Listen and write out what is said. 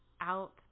out